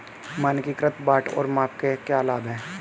मानकीकृत बाट और माप के क्या लाभ हैं?